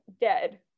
dead